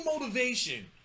motivation